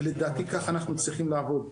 ולדעתי ככה אנחנו צריכים לעבוד.